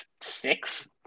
six